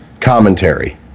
commentary